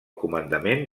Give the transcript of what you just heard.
comandament